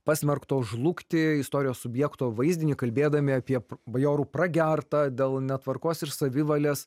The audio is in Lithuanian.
pasmerktos žlugti istorijos subjekto vaizdinį kalbėdami apie bajorų pragertą dėl netvarkos ir savivalės